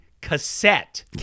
cassette